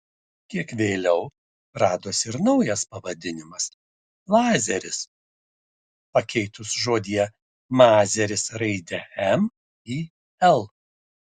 kiek vėliau radosi ir naujas pavadinimas lazeris pakeitus žodyje mazeris raidę m į l